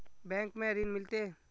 Bank में ऋण मिलते?